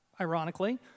ironically